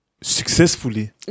successfully